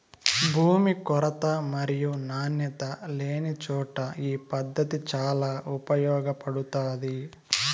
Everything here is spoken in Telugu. భూమి కొరత మరియు నాణ్యత లేనిచోట ఈ పద్దతి చాలా ఉపయోగపడుతాది